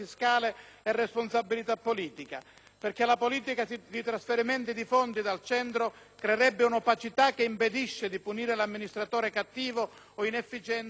perché la politica di trasferimento di fondi dal centro creerebbe un'opacità che impedisce di punire l'amministratore cattivo o inefficiente e di premiare quello capace.